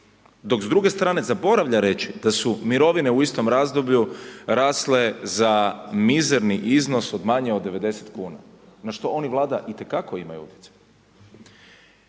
Dok s druge strane zaboravlja reći da su mirovine u istom razdoblju rasle za mizerni iznos od manje od 90 kuna na što on i Vlada itekako imaju utjecaj.